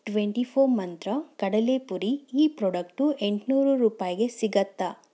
twenty four Mantra ಕಡಲೇಪುರಿ ಈ product ಎಂಟುನೂರು ರೂಪಾಯಿಗೆ ಸಿಗತ್ತಾ